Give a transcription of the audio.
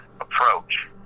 approach